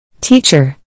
Teacher